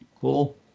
Cool